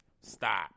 stop